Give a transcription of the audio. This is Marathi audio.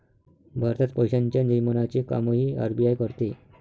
भारतात पैशांच्या नियमनाचे कामही आर.बी.आय करते